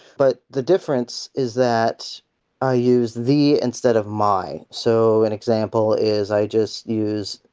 but the difference is that i use! the! instead of! my. so an example is i just use!